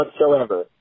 whatsoever